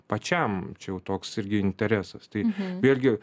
pačiam čia jau toks irgi interesas tai vėlgi